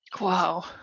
Wow